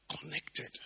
connected